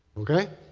okay?